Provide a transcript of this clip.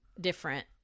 different